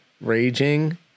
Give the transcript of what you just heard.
raging